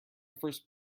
first